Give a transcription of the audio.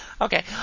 Okay